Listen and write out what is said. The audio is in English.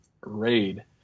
raid